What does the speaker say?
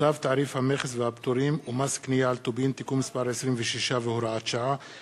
צו תעריף המכס והפטורים ומס קנייה על טובין (תיקון מס' 26 והוראת שעה),